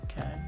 Okay